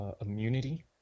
immunity